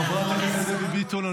חברת הכנסת דבי ביטון,